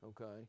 okay